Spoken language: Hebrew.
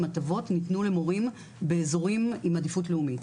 הטבות ניתנו למורים באזורים עם עדיפות לאומית.